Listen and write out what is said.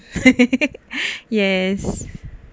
yes